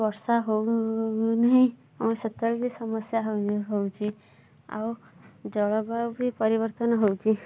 ବର୍ଷା ହଉ ନାହିଁ ଆମର ସେତେବେଳେ ବି ସମସ୍ୟା ହଉନି ହେଉଛି ଆଉ ଜଳବାୟୁ ବି ପରିବର୍ତ୍ତନ ହେଉଛି